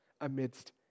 amidst